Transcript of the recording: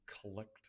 collect